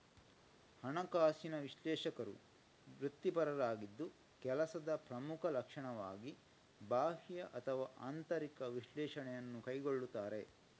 ಹಣಕಾಸಿನ ವಿಶ್ಲೇಷಕರು ವೃತ್ತಿಪರರಾಗಿದ್ದು ಕೆಲಸದ ಪ್ರಮುಖ ಲಕ್ಷಣವಾಗಿ ಬಾಹ್ಯ ಅಥವಾ ಆಂತರಿಕ ವಿಶ್ಲೇಷಣೆಯನ್ನು ಕೈಗೊಳ್ಳುತ್ತಾರೆ